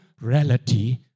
reality